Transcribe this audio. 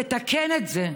תתקן את זה.